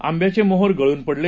आंब्याचे मोहर गळून पडले